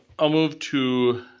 i'll move to